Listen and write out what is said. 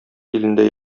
илендә